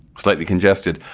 slightly congested.